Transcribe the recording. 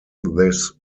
this